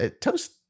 toast